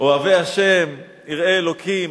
אוהבי ה' יראי אלוקים,